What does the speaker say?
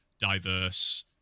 diverse